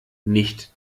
nicht